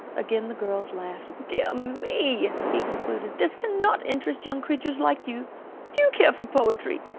again the girls laughed. dear me! he concluded, this cannot interest young creatures like you do you care for poetry?